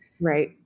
Right